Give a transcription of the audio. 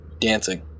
dancing